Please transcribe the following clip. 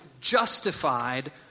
justified